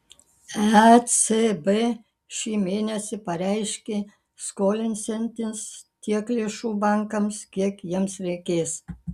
ecb šį mėnesį pareiškė skolinsiantis tiek lėšų bankams kiek jiems reikės